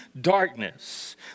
darkness